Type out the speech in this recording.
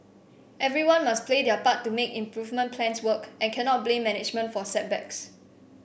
everyone must play their part to make improvement plans work and cannot blame management for setbacks